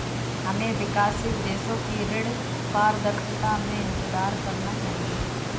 हमें विकासशील देशों की ऋण पारदर्शिता में सुधार करना चाहिए